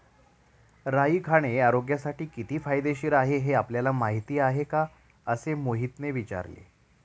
राई खाणे आरोग्यासाठी किती फायदेशीर आहे हे आपल्याला माहिती आहे का? असे मोहितने विचारले